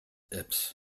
epps